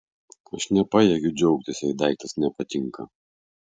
aš nepajėgiu džiaugtis jei daiktas nepatinka